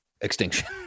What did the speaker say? extinction